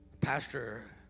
Pastor